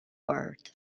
world